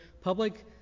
Public